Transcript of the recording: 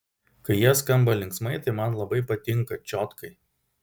kai jie skamba linksmai tai man labai patinka čiotkai